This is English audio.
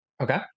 Okay